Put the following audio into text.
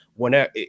Whenever